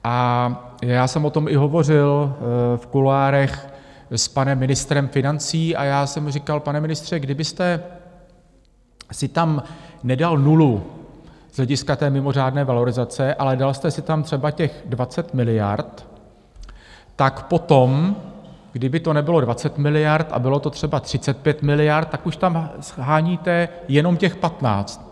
A já jsem o tom i hovořil v kuloárech s panem ministrem financí a já jsem i říkal, pane ministře, kdybyste si tam nedal nulu z hlediska té mimořádné valorizace, ale dal jste si tam třeba těch 20 miliard, tak potom kdyby to nebylo 20 miliard a bylo to třeba 35 miliard, tak už tam sháníte jenom těch 15.